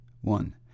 one